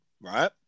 right